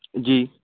جی